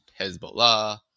Hezbollah